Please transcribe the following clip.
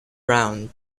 round